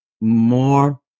more